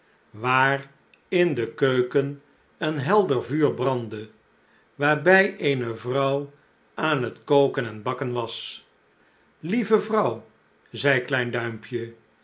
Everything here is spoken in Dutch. waar in de keuken een helder vuur brandde waarbij eene vrouw aan het koken en bakken was lieve vrouw zei klein duimpje